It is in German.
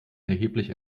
erheblich